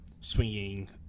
swinging